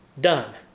done